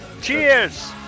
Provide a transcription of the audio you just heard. Cheers